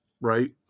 right